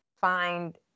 find